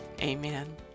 Amen